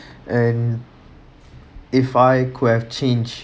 and if I could have changed